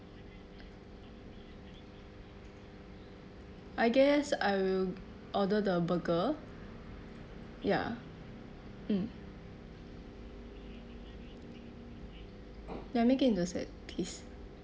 I guess I will order the burger ya mm ya making in a set please